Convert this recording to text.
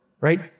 right